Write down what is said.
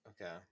Okay